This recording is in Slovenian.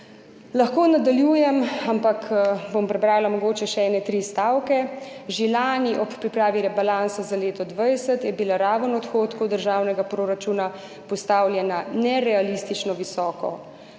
Lahko nadaljujem, ampak bom prebrala mogoče samo še nekje tri stavke. »Že lani ob pripravi rebalansa za leto 2020 je bila raven odhodkov državnega proračuna postavljena nerealistično visoko.